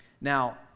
Now